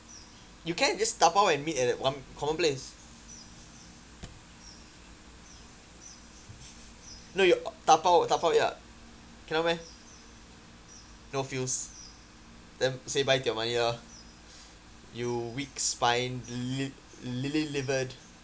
you can just dabao and meet at one common place no you dabao dabao ya cannot meh no feels then say bye to your money lor you weak spine li~ lily-livered